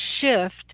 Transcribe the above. shift